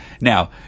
Now